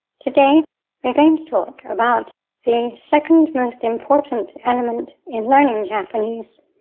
today we're going to talk about the second most important element in learning japanese,